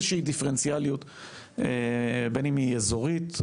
שהיא דיפרנציאליות בין אם היא אזורית,